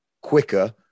quicker